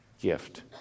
gift